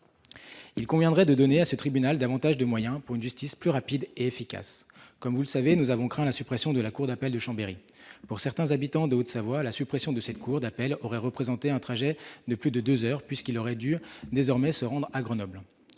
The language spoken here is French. Il conviendrait de donner davantage de moyens à ce tribunal, pour une justice plus rapide et efficace. Comme vous le savez, nous avons craint la suppression de la cour d'appel de Chambéry. Pour certains habitants de Haute-Savoie, la suppression de cette cour d'appel aurait représenté un trajet de plus de deux heures, puisqu'ils auraient désormais dû se rendre à Grenoble.